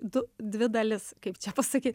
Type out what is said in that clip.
du dvi dalis kaip čia pasakyt